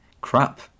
crap